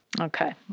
Okay